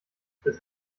bist